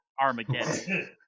Armageddon